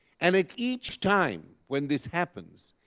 and at each time when this happens,